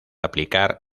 aplicar